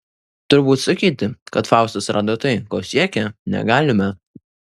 turbūt sakyti kad faustas rado tai ko siekė negalime